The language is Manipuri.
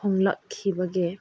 ꯍꯣꯡꯂꯛꯈꯤꯕꯒꯦ